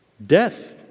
death